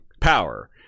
power